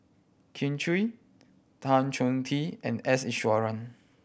Kin Chui Tan Choh Tee and S Iswaran